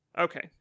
Okay